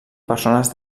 persones